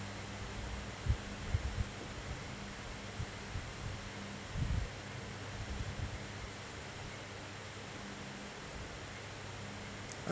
uh